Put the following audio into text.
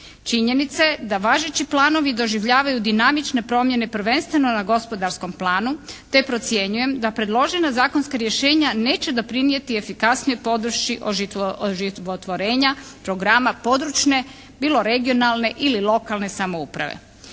Činjenica je da važeći planovi doživljavaju dinamične promjene prvenstveno na gospodarskom planu, te procjenjujem da predložena zakonska rješenja neće doprinijeti efikasnijoj podršci oživotvorenja programa područne, bilo regionalne ili lokalne ili lokalne